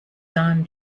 don